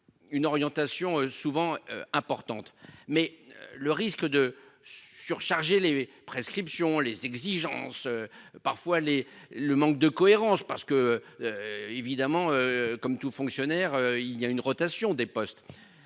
Une orientation souvent importantes, mais le risque de surcharger les prescriptions, les exigences parfois les le manque de cohérence parce que. Évidemment comme tout fonctionnaire il y a une rotation des postes.